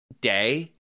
day